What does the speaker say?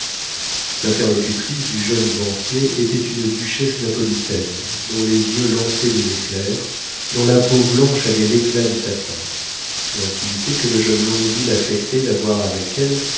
longueville l'interlocutrice du jeune banquier était une duchesse napolitaine dont les yeux lançaient des éclairs dont la peau blanche avait l'éclat du satin l'intimité que le jeune longueville affectait d'avoir avec elle